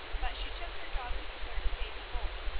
but she took her daughter's deserted baby boy,